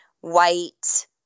white